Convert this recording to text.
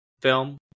film